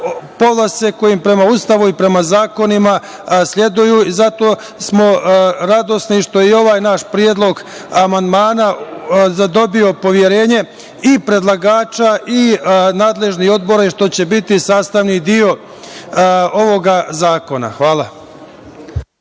povlastice koje im prema Ustavu i prema zakonima sleduju. Zato smo radosni što je i ovaj naš predlog amandmana zadobio poverenje i predlagača i nadležnog odbora i što će biti sastavni deo ovoga zakona. Hvala.